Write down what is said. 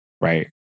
right